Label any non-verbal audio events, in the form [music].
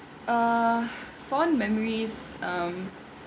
uh [breath] fond memories um